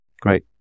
great